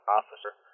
officer